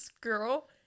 girl